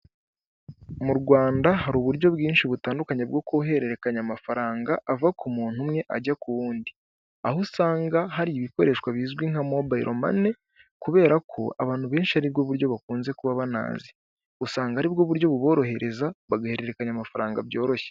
Mu rwanda hari uburyo bwinshi butandukanye bwo guhererekanya amafaranga ava ku muntu umwe ajya ku wundi. Aho usanga hari ibikoresho bizwi nka mobayilo mane, kubera ko abantu benshi aribwo buryo bakunze kuba banazi. Usanga aribwo buryo buborohereza bagahererekanya amafaranga byoroshye.